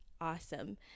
awesome